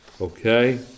Okay